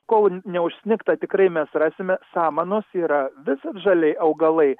kol neužsnigta tikrai mes rasime samanos yra visadžaliai augalai